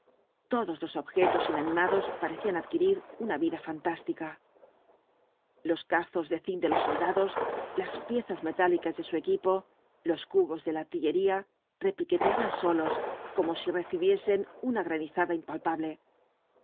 todos los objetos inanimados parecían adquirir una vida fantástica los cazos de cinc de los soldados las piezas metálicas de su equipo los cubos de la artillería repiqueteaban solos como si recibiesen una granizada impalpable